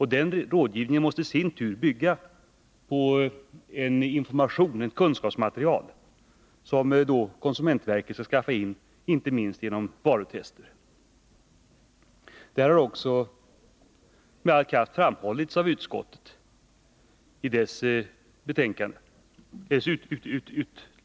Den rådgivningen måste i sin tur bygga på en information och ett kunskapsmaterial som konsumentverket skall samla in, bl.a. genom varutester. Detta har också med kraft framhållits av utskottet i dess betänkande.